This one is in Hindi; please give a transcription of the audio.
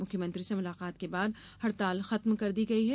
मुख्यमंत्री से मुलाकात के बाद हड़ताल खत्म कर दी गई है